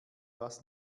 was